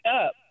up